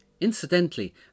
Incidentally